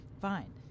Fine